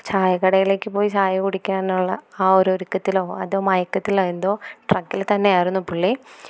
ചായക്കടയിലേക്ക് പോയി ചായ കുടിക്കാനുള്ള ആ ഒരു ഒരുക്കത്തിലോ അതോ മയക്കത്തിലോ എന്തോ ട്രക്കിൽ തന്നെയായിരുന്നു പുള്ളി